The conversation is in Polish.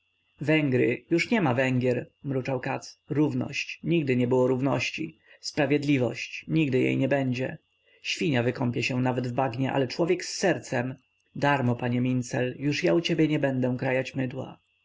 węgry już niema węgier mruczał katz równość nigdy nie było równości sprawiedliwość nigdy jej nie będzie świnia wykąpie się nawet w bagnie ale człowiek z sercem darmo panie mincel już ja u ciebie nie będę krajać mydła